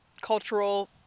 cultural